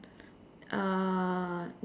uh